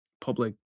public